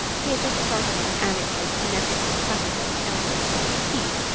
he had just started on an anecdote connected with the cutting of his eldest boy's teeth,